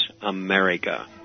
America